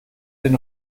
den